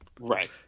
Right